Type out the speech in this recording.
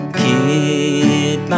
kid